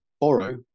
borrow